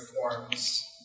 forms